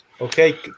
Okay